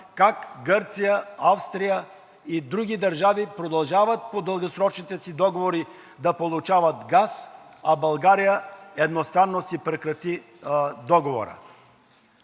как Гърция, Австрия и други държави продължават по дългосрочните си договори да получават газ, а България едностранно си прекрати договора.